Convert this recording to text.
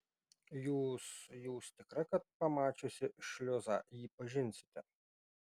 jūs jūs tikra kad pamačiusi šliuzą jį pažinsite